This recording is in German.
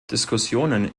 diskussionen